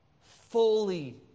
fully